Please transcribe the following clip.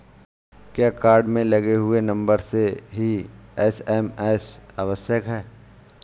क्या कार्ड में लगे हुए नंबर से ही एस.एम.एस आवश्यक है?